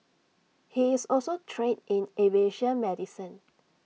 he is also trained in aviation medicine